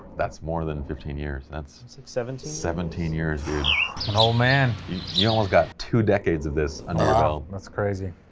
that's more than fifteen years, that's seventeen seventeen years dude an old man, you almost got two decades of this under your belt. that's crazy,